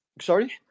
Sorry